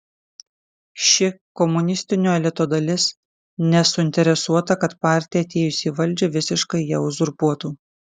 ši komunistinio elito dalis nesuinteresuota kad partija atėjusi į valdžią visiškai ją uzurpuotų